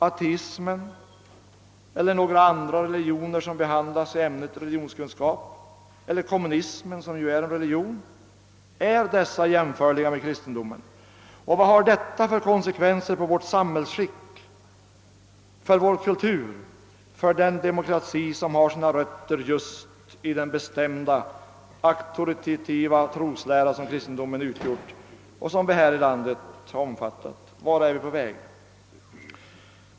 Ateismen eller några andra religioner som behandlas i ämnet religionskunskap? Kommunismen, som ju är en religion? Är dessa jämförliga med kristendomen? Och vad får detta för konsekvenser för vårt samhällsskick, för vår kultur, för den demokrati som har sina rötter just i den bestämda, auktoritativa troslära som kristendomen utgjort och som vi här i landet omfattat? Vart är vi på väg?